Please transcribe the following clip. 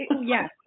yes